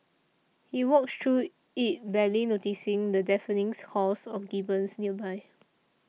he walks through it barely noticing the deafening calls of gibbons nearby